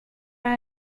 are